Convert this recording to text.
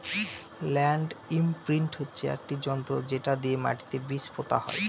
land imprint হচ্ছে একটি যন্ত্র যেটা দিয়ে মাটিতে বীজ পোতা হয়